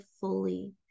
fully